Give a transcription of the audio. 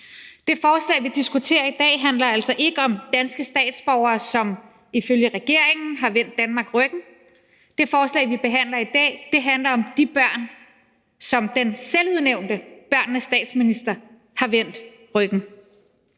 Det forslag, vi diskuterer i dag, handler altså ikke om danske statsborgere, som ifølge regeringen har vendt Danmark ryggen; det forslag, vi behandler i dag, handler om de børn, som den selvudnævnte børnenes statsminister har vendt ryggen.